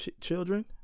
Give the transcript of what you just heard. children